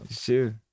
sure